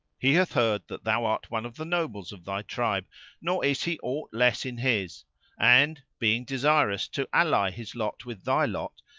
he hath heard that thou art one of the nobles of thy tribe nor is he aught less in his and, being desirous to ally his lot with thy lot,